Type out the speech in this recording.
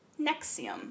Nexium